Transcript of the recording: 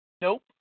Nope